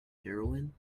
heroine